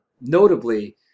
notably